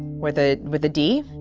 with ah with a d.